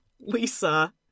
Lisa